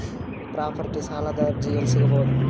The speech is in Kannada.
ಪ್ರಾಪರ್ಟಿ ಸಾಲದ ಅರ್ಜಿ ಎಲ್ಲಿ ಸಿಗಬಹುದು?